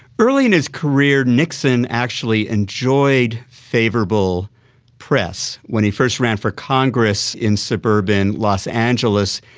early in his career nixon actually enjoyed favourable press. when he first ran for congress in suburban los angeles,